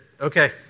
okay